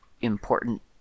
important